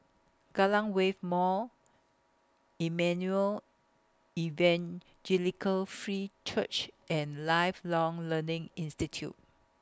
Kallang Wave Mall Emmanuel Evangelical Free Church and Lifelong Learning Institute